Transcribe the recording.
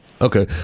okay